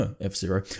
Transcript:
F-Zero